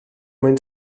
mwyn